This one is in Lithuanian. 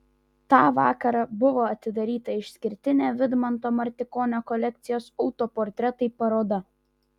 tą vakarą buvo atidaryta išskirtinė vidmanto martikonio kolekcijos autoportretai paroda